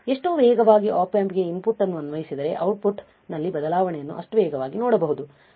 ಎಷ್ಟು ವೇಗವಾಗಿ Op amps ಗೆ ಇನ್ಪುಟ್ ಅನ್ನು ಅನ್ವಯಿಸಿದರೆ ಔಟ್ಪುಟ್ ನಲ್ಲಿನ ಬದಲಾವಣೆಯನ್ನು ಅಷ್ಟು ವೇಗವಾಗಿ ನೋಡಬಹುದು